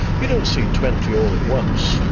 you don't see twenty all at once.